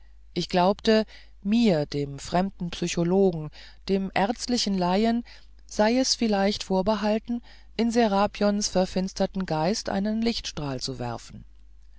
ich glaubte mir dem fremden psychologen dem ärztlichen laien sei es vielleicht vorbehalten in serapions verfinsterten geist einen lichtstrahl zu werfen